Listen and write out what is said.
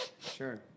Sure